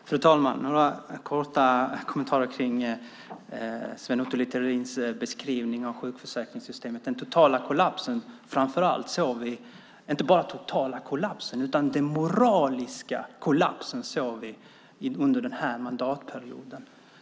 Fru talman! Jag har några korta kommentarer till Sven Otto Littorins beskrivning av sjukförsäkringssystemet. Den totala kollapsen, inte bara den totala utan den moraliska kollapsen, såg vi under den här mandatperioden.